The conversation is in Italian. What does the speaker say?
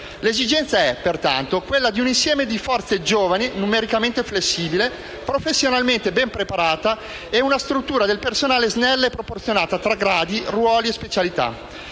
L'esigenza è, pertanto, quella di un insieme di forze giovani, numericamente flessibile, professionalmente ben preparato e con una struttura del personale snella e ben proporzionata tra gradi, ruoli e specialità.